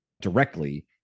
directly